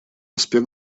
аспект